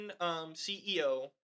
ceo